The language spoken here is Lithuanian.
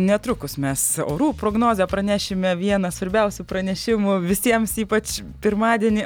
netrukus mes orų prognozę pranešime vieną svarbiausių pranešimų visiems ypač pirmadienį